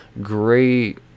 great